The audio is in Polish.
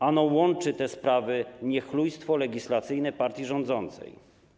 Ano łączy te sprawy niechlujstwo legislacyjne partii rządzącej.